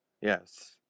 Yes